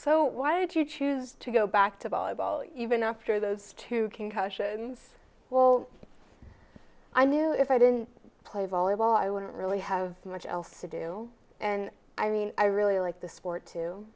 so why did you choose to go back to all about even after those two concussions well i knew if i didn't play volleyball i wouldn't really have much else to do and i mean i really like the sport too